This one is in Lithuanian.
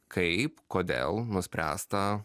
kaip kodėl nuspręsta